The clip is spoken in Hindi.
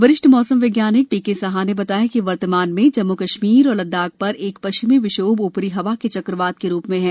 वरिष्ठ मौसम वैज्ञानिक पीके साहा ने बताया कि वर्तमान में जम्मु कश्मीर और लद्दाख पर एक पश्चिमी विक्षोभ ऊपरी हवा के चक्रवात के रूप में है